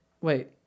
Wait